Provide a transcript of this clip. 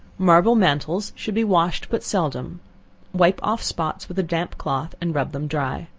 marble mantles should be washed but seldom wipe off spots with a damp cloth, and rub them dry.